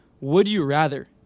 would-you-rather